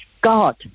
God